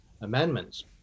Amendments